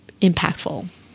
impactful